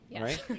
right